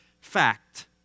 fact